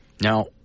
Now